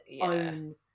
own